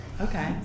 okay